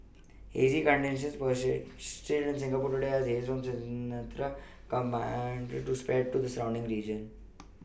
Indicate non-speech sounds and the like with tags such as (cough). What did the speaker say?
hazy conditions persisted in Singapore today as haze from Sumatra (unintelligible) to spread to the surrounding region